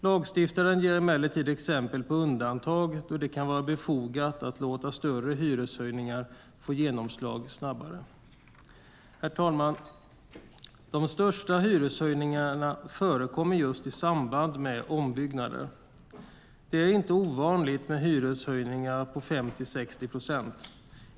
Lagstiftaren ger emellertid exempel på undantag då det kan vara befogat att låta större hyreshöjningar få genomslag snabbare. Herr talman! De största hyreshöjningarna förekommer just i samband med ombyggnader. Det är inte ovanligt med hyreshöjningar på 50-60 procent.